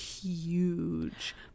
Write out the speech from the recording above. huge